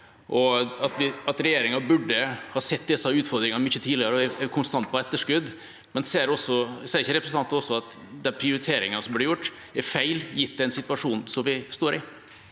regjeringa burde ha sett disse utfordringene mye tidligere, og at en er konstant på etterskudd, men ser ikke representanten Myhrvold også at de prioriteringene som har blitt gjort, er feil, gitt den situasjonen vi står i?